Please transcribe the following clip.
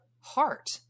heart